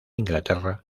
inglaterra